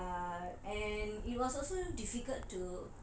ya so err and it was also